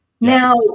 Now